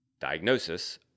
diagnosis